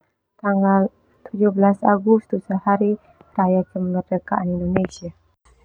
Tanggal tujuh belas Agustus hari raya kemerdekaan Indonesia.